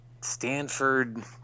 Stanford